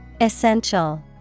essential